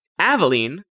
Aveline